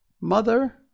Mother